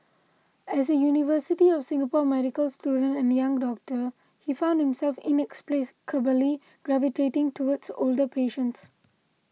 as a University of Singapore medical student and young doctor he found himself in gravitating towards older patients